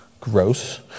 Gross